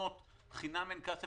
ולאלמנות חינם אין כסף,